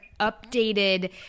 updated